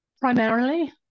Primarily